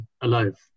alive